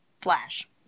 flash